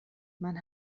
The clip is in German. man